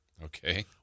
Okay